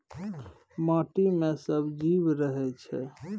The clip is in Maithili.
माटि मे सब जीब रहय छै